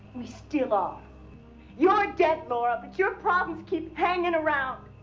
we still um you're dead, laura, but your problems keep hanging around!